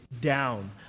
down